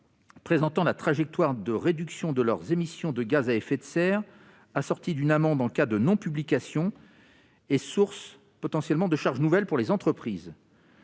présentant la trajectoire de réduction de leurs émissions de gaz à effet de serre, assortie d'une amende en cas de non-publication et source potentiellement de charges nouvelles pour les entreprises.